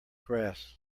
grass